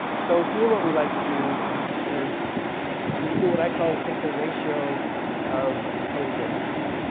so here what we like to do is we do what i call take the ratio of the total difference.